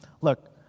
look